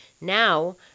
now